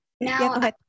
Now